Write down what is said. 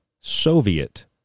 soviet